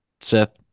Seth